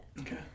Okay